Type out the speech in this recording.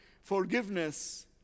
forgiveness